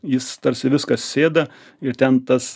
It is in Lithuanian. jis tarsi viskas sėda ir ten tas